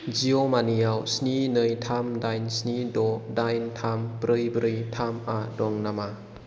जिअ' मानिआव स्नि नै थाम दाइन स्नि द' दाइन थाम ब्रै ब्रै थाम आ दं नामा